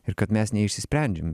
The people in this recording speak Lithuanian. ir kad mes neišsprendžiam